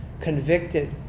convicted